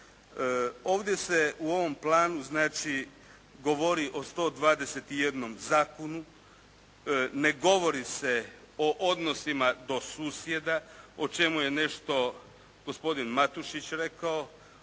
Ovdje se u ovom planu znači govori o 121 zakonu, ne govori se o odnosima do susjeda o čemu je nešto gospodin Matušić rekao.